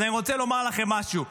אז אני רוצה לומר לכם משהו: